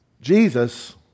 Jesus